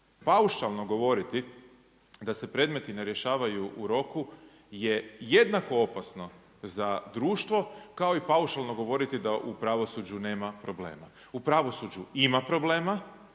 Paušalno govoriti da se predmeti ne rješavaju u roku je jednako opasno za društvo kao i paušalno govoriti da u pravosuđu nema problema. U pravosuđu ima problema,